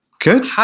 Good